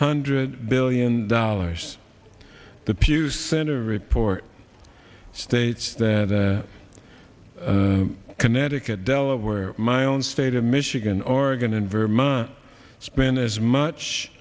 hundred billion dollars the pew center report states that connecticut delaware my own state of michigan oregon and vermont spend as much